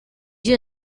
you